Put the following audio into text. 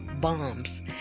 bombs